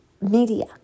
media